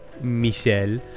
Michelle